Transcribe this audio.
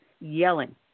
yelling